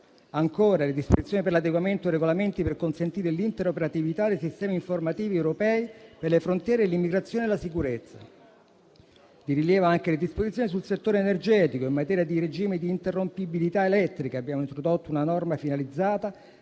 ancora le disposizioni per l'adeguamento ai regolamenti per consentire l'interoperatività dei sistemi informativi europei per le frontiere, l'immigrazione e la sicurezza. Di rilievo anche le disposizioni sul settore energetico, in materia di regime di interrompibilità elettrica. Abbiamo introdotto una norma finalizzata